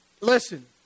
Listen